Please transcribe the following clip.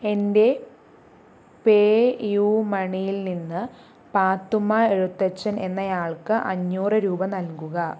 എൻ്റെ പേയു മണിയിൽ നിന്ന് പാത്തുമ്മ എഴുത്തച്ഛൻ എന്നയാൾക്ക് അഞ്ഞൂറ് രൂപ നൽകുക